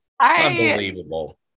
Unbelievable